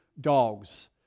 dogs